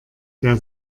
der